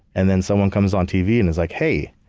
and then someone comes on tv and is like, hey,